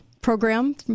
program